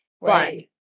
Right